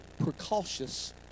precautious